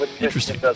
interesting